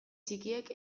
txikiek